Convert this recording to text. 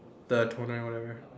the toner whatever